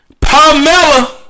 Pamela